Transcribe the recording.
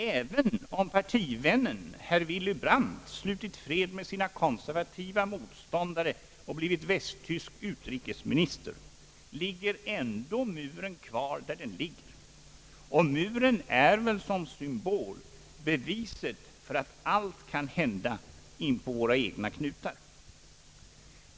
Även om partivännen Willy Brandt slutit fred med sina konservativa motståndare och blivit västtysk utrikesminister, ligger ändå muren kvar där den ligger. Och muren är väl som symbol beviset för att allt kan hända inpå våra egna knutar.